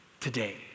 today